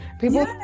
People